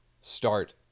start